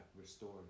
restored